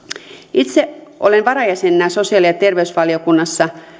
itse olen varajäsenenä sosiaali ja terveysvaliokunnassa